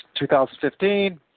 2015